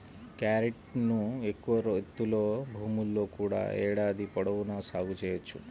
క్యారెట్ను ఎక్కువ ఎత్తులో భూముల్లో కూడా ఏడాది పొడవునా సాగు చేయవచ్చు